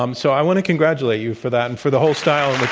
um so, i want to congratulate you for that and for the whole style